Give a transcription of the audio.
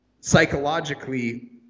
psychologically